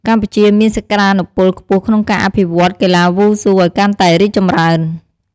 កម្ពុជាមានសក្ដានុពលខ្ពស់ក្នុងការអភិវឌ្ឍន៍កីឡាវ៉ូស៊ូឲ្យកាន់តែរីកចម្រើន។